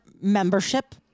membership